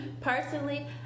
personally